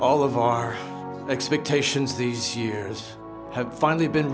all of our expectations these years have finally been